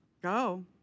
go